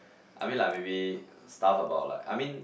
I mean like maybe stuff about like I mean